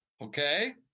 Okay